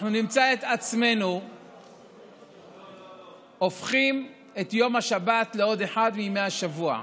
שאנחנו נמצא את עצמנו הופכים את יום השבת לעוד אחד מימי השבוע.